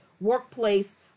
workplace